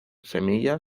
semilla